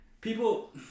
people